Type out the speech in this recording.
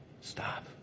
Stop